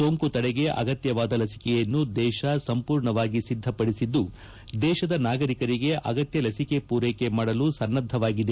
ಸೋಂಕು ತಡೆಗೆ ಅಗತ್ತವಾದ ಲಸಿಕೆಯನ್ನು ದೇಶ ಸಂಪೂರ್ಣವಾಗಿ ಸಿದ್ಧಪಡಿಸಿದ್ದು ದೇಶದ ನಾಗರಿಕರಿಗೆ ಅಗತ್ತ ಲಸಿಕೆ ಪೂರೈಕೆ ಮಾಡಲು ಸನ್ನದ್ದವಾಗಿದೆ